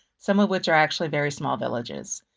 some of which are actually very small villages.